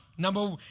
Number